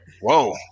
Whoa